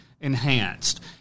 enhanced